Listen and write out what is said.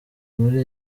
muri